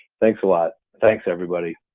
thanks a lot. thanks, everybody.